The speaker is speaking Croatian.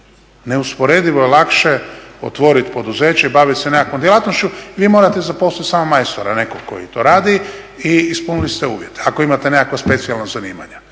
Neusporedivo je lakše otvoriti poduzeće i baviti se nekakvom djelatnošću, vi morate zaposliti samo majstora nekog koji to radi i ispunili ste uvjete, ako imate nekakvo specijalno zanimanje,